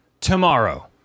tomorrow